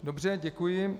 Dobře, děkuji.